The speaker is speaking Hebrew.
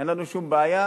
אין לנו שום בעיה